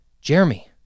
jeremy